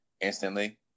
instantly